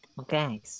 Okay